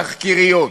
תחקיריות?